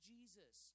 Jesus